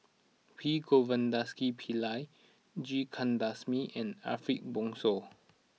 P Govindasamy Pillai G Kandasamy and Ariff Bongso